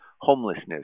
homelessness